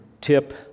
tip